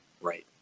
right